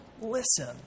listen